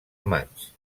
maig